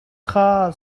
kha